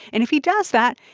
and if he does that,